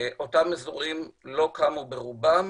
אותם אזורים לא קמו ברובם